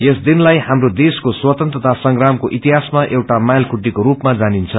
यस दिनलाई झप्रो देशको स्वतन्त्रता संग्रामको इतिझसमा एउटा माइल खुट्टीको स्पामा जानिन्छ